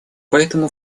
поэтому